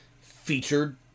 featured